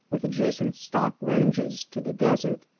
with adjacent stock ranges, to the desert,